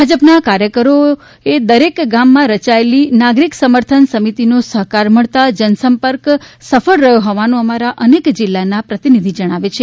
ભાજપ ના કાર્યકરો ને દરેક ગામ માં રચાયેલી નાગરિક સમર્થન સમિતિનો સહકાર મળતા જનસંપર્ક સફળ રહ્યો હોવાનું અમારા અનેક જિલ્લા ના પ્રતિનિધિ જણાવે છે